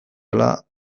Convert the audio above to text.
dela